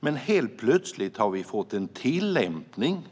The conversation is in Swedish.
Men helt plötsligt har vi fått en tillämpning,